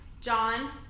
John